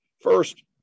First